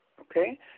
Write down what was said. Okay